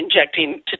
injecting